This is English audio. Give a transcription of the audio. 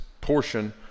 portion